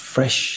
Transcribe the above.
Fresh